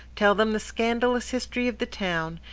tell them the scandalous history of the town,